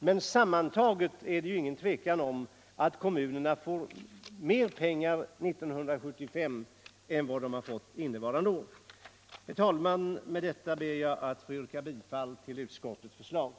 Men det är inget tvivel om att kommunerna sammantaget får mer pengar 1975 än vad de har fått innevarande år. Herr talman! Med detta ber jag att få yrka bifall till utskottets hemställan.